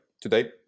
today